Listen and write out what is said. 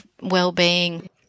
well-being